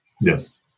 Yes